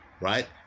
right